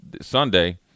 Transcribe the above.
Sunday